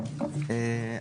)בפרק זה - יום התחילה).